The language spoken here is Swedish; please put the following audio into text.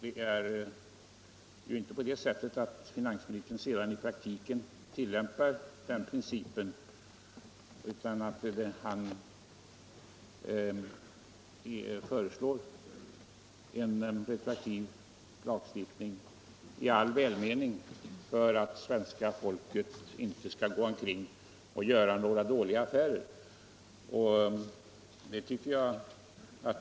I praktiken tillämpar emellertid finansministern inte den principen utan föreslår en retroaktiv lagstiftning i all välmening — för att svenska folket inte skall gå omkring och göra några dåliga affärer.